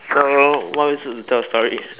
so what are we supposed to tell a story